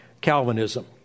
Calvinism